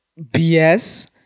bs